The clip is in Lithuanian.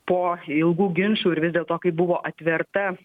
po ilgų ginčų ir vis dėlto kai buvo atverta